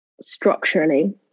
structurally